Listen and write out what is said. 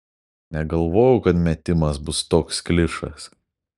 negalvojau kad metimas bus toks klišas